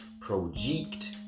project